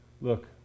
look